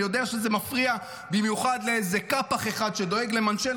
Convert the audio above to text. אני יודע שזה מפריע במיוחד לאיזה קאפח אחד שדואג "למנשן"